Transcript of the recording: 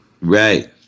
Right